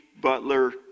butler